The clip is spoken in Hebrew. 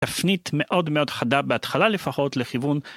תפנית מאוד מאוד חדה בהתחלה לפחות לכיוון